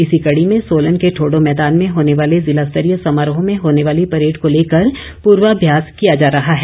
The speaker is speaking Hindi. इसी कड़ी में सोलन के ठोडो मैदान में होने वाले जिला स्तरीय समारोह में होने वाली परेड को लेकर पूर्वाभ्यास किया जा रहा है